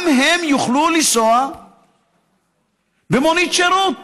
גם הם יוכלו לנסוע במונית שירות